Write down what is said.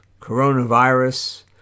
coronavirus